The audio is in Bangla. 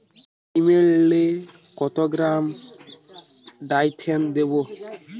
ডিস্মেলে কত গ্রাম ডাইথেন দেবো?